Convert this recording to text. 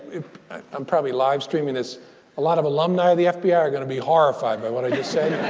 i'm probably live streaming this a lot of alumni of the fbi are going to be horrified by what i just said.